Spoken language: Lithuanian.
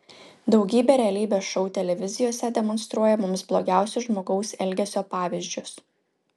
daugybė realybės šou televizijose demonstruoja mums blogiausius žmogaus elgesio pavyzdžius